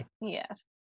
Yes